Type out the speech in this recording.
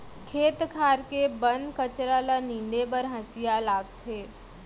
खेत खार के बन कचरा ल नींदे बर हँसिया लागथे